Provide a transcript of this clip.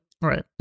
right